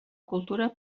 cultura